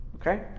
Okay